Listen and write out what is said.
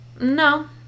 no